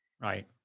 Right